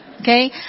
okay